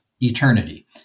eternity